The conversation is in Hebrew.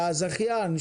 זה יכול להיות מונית.